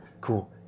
Cool